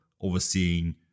overseeing